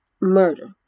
murder